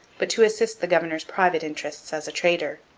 but to assist the governor's private interests as a trader.